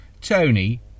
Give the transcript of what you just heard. Tony